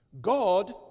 God